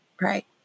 Right